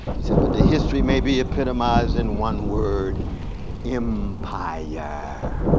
so but the history may be epitomized in one word empire. yeah